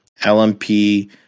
LMP